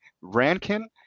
rankin